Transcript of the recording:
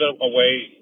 away